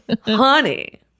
Honey